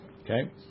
Okay